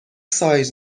سایز